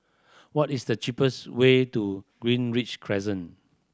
what is the cheapest way to Greenridge Crescent